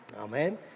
Amen